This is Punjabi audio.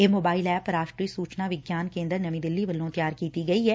ਇਹ ਮੋਬਾਇਲ ਐਪ ਰਾਸ਼ਟਰੀ ਸੁਚਨਾ ਵਿਗਿਆਨ ਕੇਂਦਰ ਨਵੀਂ ਦਿੱਲੀ ਵੱਲੋਂ ਤਿਆਰ ਕੀਤੀ ਗਈ ਐ